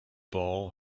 ball